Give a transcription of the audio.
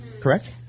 Correct